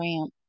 ramp